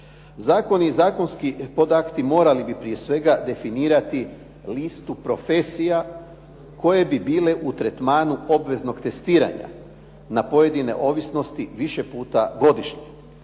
Zakoni i zakonski podakti morali bi prije svega definirati listu profesija koje bi bile u tretmanu obveznog testiranja na pojedine ovisnosti više puta godišnje